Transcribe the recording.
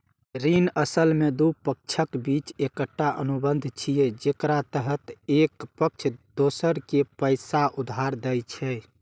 ऋण असल मे दू पक्षक बीच एकटा अनुबंध छियै, जेकरा तहत एक पक्ष दोसर कें पैसा उधार दै छै